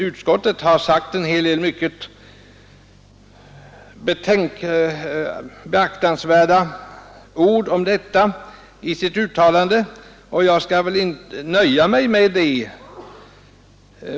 Utskottet har sagt en hel del mycket beaktansvärda ord om detta i sitt uttalande, och jag skall väl nöja mig med det.